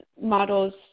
models